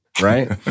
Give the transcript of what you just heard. right